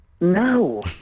No